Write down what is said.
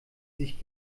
sich